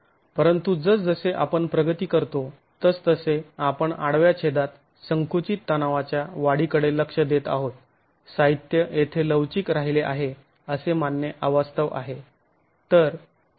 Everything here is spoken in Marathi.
परंतु जसजसे आपण प्रगती करतो तस तसे आपण आडव्या छेदात संकुचित तणावाच्या वाढीकडे लक्ष देत आहोत साहित्य येथे लवचिक राहिले आहे असे मानणे अवास्तव आहे